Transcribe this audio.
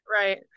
Right